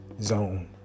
zone